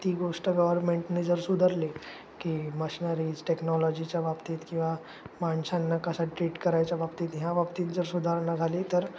ती गोष्ट गव्हर्मेंटने जर सुधारली की मशनरीज टेक्नॉलॉजीच्या बाबतीत किंवा माणसांना कसा ट्रीट करायच्या बाबतीत ह्या बाबतीत जर सुधारणा झाली तर